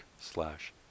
slash